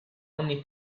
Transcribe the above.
ogni